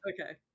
Okay